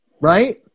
Right